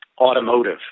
automotive